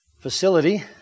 facility